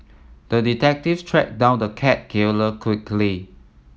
the detective tracked down the cat killer quickly